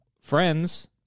friends